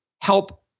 help